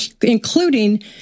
including